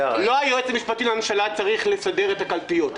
לא היועץ המשפטי לממשלה צריך לסדר את הקלפיות.